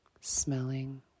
smelling